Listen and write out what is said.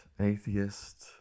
atheist